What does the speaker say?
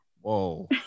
Whoa